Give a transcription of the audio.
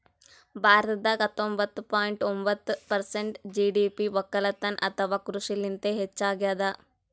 ಭಾರತದಾಗ್ ಹತ್ತೊಂಬತ್ತ ಪಾಯಿಂಟ್ ಒಂಬತ್ತ್ ಪರ್ಸೆಂಟ್ ಜಿ.ಡಿ.ಪಿ ವಕ್ಕಲತನ್ ಅಥವಾ ಕೃಷಿಲಿಂತೆ ಹೆಚ್ಚಾಗ್ಯಾದ